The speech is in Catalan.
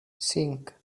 cinc